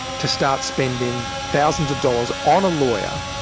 to start spending thousands of dollars on a lawyer,